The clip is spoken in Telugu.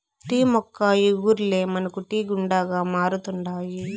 టీ మొక్క ఇగుర్లే మనకు టీ గుండగా మారుతండాయి